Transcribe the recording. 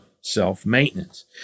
self-maintenance